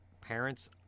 parents